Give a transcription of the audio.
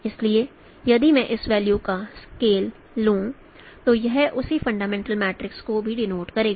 इसलिए यदि मैं इन वैल्यू का स्केल लूं तो यह उसी फंडामेंटल मैट्रिक्स को भी डिनोट करेगा